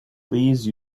please